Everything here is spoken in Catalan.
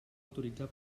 autoritzar